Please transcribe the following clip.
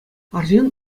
арҫын